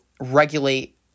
regulate